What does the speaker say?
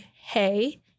Hey